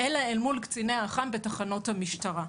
אלא אל מול קציני האח"מ בתחנות המשטרה.